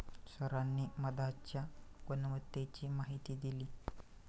सरांनी मधाच्या गुणवत्तेची माहिती दिली